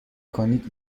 کنید